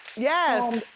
yes.